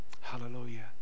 Hallelujah